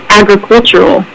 agricultural